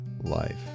life